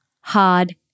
hard